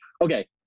okay